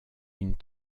une